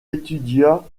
étudia